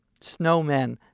snowmen